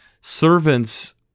servants